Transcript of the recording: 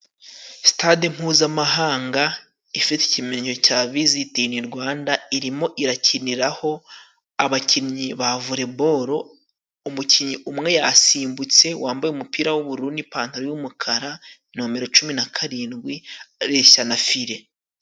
Sitade mpuzamahanga ifite ikimenyetso cya visite ini Rwanda, irimo irakiniraho abakinnyi ba voreboro, umukinnyi umwe yasimbutse wambaye umupira w'ubururu n'ipantaro y'umukara, nomero cumi na karindwi areshya na file.